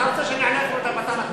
אתה רוצה שאני אענה לך באותה מטבע?